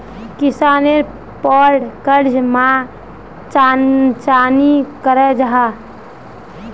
किसानेर पोर कर्ज माप चाँ नी करो जाहा?